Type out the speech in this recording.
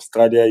אוסטרליה,